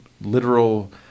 literal